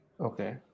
Okay